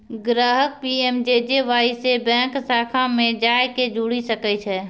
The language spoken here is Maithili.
ग्राहक पी.एम.जे.जे.वाई से बैंक शाखा मे जाय के जुड़ि सकै छै